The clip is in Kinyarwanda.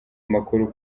amakuru